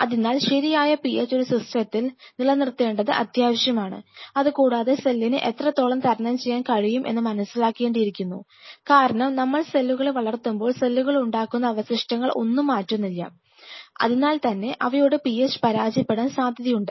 അതിനാൽ ശരിയായ PH ഒരു സിസ്റ്റത്തിൽ നിലനിർത്തേണ്ടത് അത്യാവശ്യമാണ് അതുകൂടാതെ സെല്ലിന് എത്രത്തോളം തരണം ചെയ്യാൻ കഴിയും എന്നു മനസ്സിലാക്കേണ്ടിയിരിക്കുന്നു കാരണം നമ്മൾ സെല്ലുകളെ വളർത്തുമ്പോൾ സെല്ലുകളുണ്ടാക്കുന്ന അവശിഷ്ടങ്ങൾ ഒന്നും മാറ്റുന്നില്ല അതിനാൽ തന്നെ അവയുടെ PH പരാജയപ്പെടാൻ സാധ്യതയുണ്ട്